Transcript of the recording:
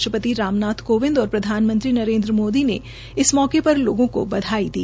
राष्ट्रपति राम नाथ कोविंद और प्रधानमंत्री नरेन्द्र मोदी ने इस मौके पर लोगों को बधाई दी